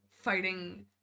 fighting